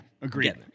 agreed